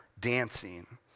dancing